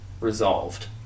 resolved